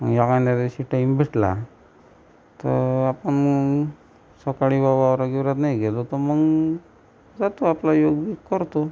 आणि एखाद्या दिवशी टाईम भेटला तर आपण सकाळी बा वावरात बिवरात नाही गेलो तर मग जातो आपला योग बिग करतो